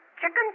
Chicken